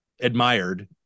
admired